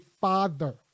father